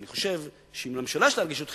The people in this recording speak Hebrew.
ואני חושב שאם לממשלה יש רגישות חברתית,